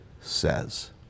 says